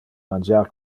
mangiar